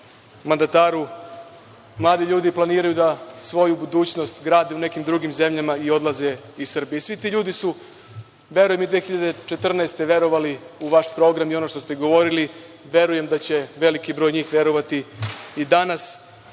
mandataru, mladi ljudi planiraju da svoju budućnost grade u nekim drugim zemljama i odlaze iz Srbije. Svi ti ljudi su, verujem, 2014. godine verovali u vaš program i ono što ste govorili. Verujem da će veliki broj njih verovati i danas.